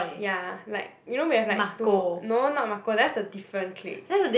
ya like you know we have like two no not Marco that is the different clique